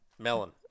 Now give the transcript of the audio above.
Melon